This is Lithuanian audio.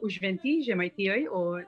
užventy žemaitijoj o